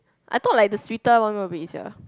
I thought like the sweeter one will be easier